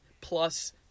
plus